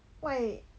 歪